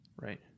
Right